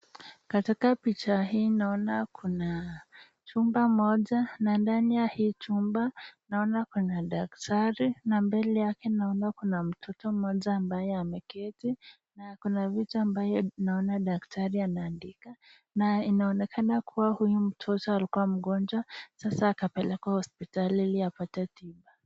Katika picha hii naona kuna chumba moja na ndani ya hii chumba naona kuna daktari na mbele yake naona kuna mtoto mmoja ambaye ameketi na ako na vitu ambayo naona daktari anandika na inaonekana kuwa huyu mtoto alikua mgonjwa sasa akapelekwa hosipitali hili akapate tiba.